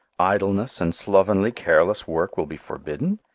idleness and slovenly, careless work will be forbidden?